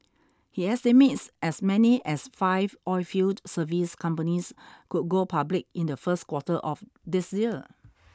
he estimates as many as five oilfield service companies could go public in the first quarter of this year